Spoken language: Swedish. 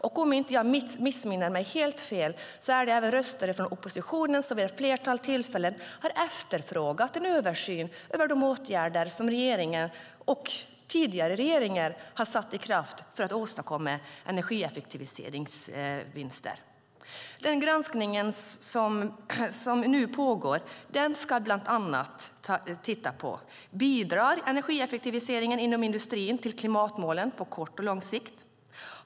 Om jag inte missminner mig helt har även röster från oppositionen vid ett flertal tillfällen efterfrågat en översyn av de åtgärder som denna och tidigare regeringar vidtagit för att åstadkomma energieffektiviseringsvinster. Den granskning som nu pågår ska bland annat titta på följande frågor: Bidrar energieffektiviseringen inom industrin till klimatmålen på kort och lång sikt?